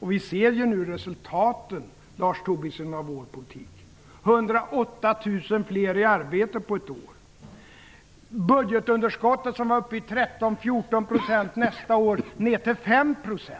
Nu ser vi resultaten av vår politik, Lars Tobisson. Vi har fått 108 000 fler i arbete på ett år. Budgetunderskottet, som var uppe i 13-14 %, beräknas nästa år vara nere i 5 %.